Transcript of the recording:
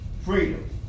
freedom